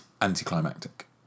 anticlimactic